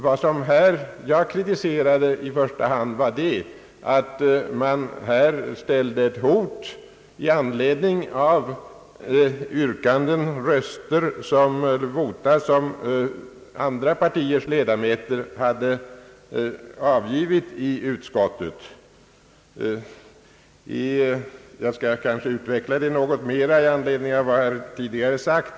Vad jag här kritiserade i första hand var att man kom med ett hot i anledning av vota som andra partiers ledamöter har avgivit i utskottet. Jag skall kanske utveckla det något mera i anslutning till vad jag tidigare har sagt.